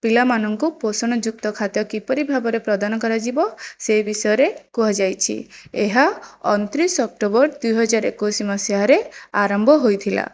ପିଲାମାନଙ୍କୁ ପୋଷଣଯୁକ୍ତ ଖାଦ୍ୟ କିପରି ଭାବରେ ପ୍ରଦାନ କରାଯିବ ସେ ବିଷୟରେ କୁହାଯାଇଛି ଏହା ଅଣତିରିଶ ଅକ୍ଟୋବର ଦୁଇହଜାର ଏକୋଇଶ ମସିହାରେ ଆରମ୍ଭ ହୋଇଥିଲା